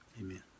Amen